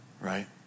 Right